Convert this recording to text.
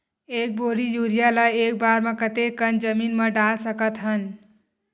एक बोरी यूरिया ल एक बार म कते कन जमीन म डाल सकत हन?